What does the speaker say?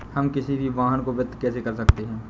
हम किसी भी वाहन को वित्त कैसे कर सकते हैं?